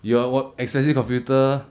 your what expensive computer